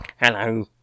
Hello